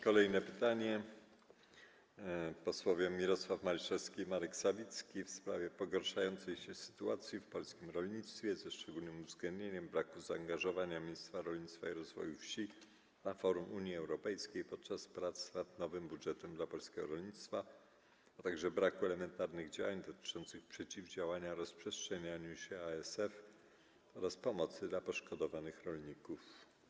Kolejne pytanie zadadzą posłowie Mirosław Maliszewski i Marek Sawicki - w sprawie pogarszającej się sytuacji w polskim rolnictwie, ze szczególnym uwzględnieniem braku zaangażowania ministra rolnictwa i rozwoju wsi na forum Unii Europejskiej podczas prac nad nowym budżetem dla polskiego rolnictwa, a także braku elementarnych działań dotyczących przeciwdziałania rozprzestrzenianiu się ASF oraz pomocy dla poszkodowanych rolników.